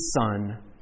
son